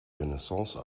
renaissance